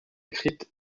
écrites